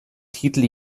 titel